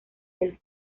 del